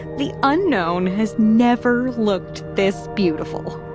the unknown has never looked this beautiful